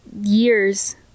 years